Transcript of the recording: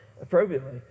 appropriately